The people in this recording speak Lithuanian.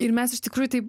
ir mes iš tikrųjų tai